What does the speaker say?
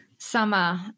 Summer